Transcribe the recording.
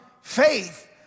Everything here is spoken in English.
faith